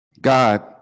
god